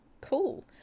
Cool